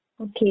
Okay